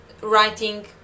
writing